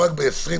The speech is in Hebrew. לא ירידה חיסול.